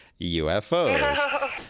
UFOs